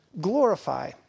glorify